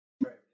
Right